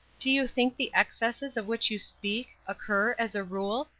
do you think the excesses of which you speak, occur, as a rule,